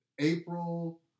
April